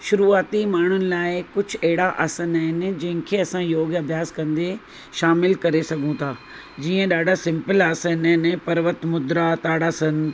शुरुआती माण्हुनि लाइ कुझु अहिड़ा आसन आहिनि जिन खे असां योग अभ्यास कंदे शामिल करे सघूं था जीअं ॾाढा सिंपल आसन आहिनि पर्वत मुद्रा ताड़ासन